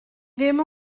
ddim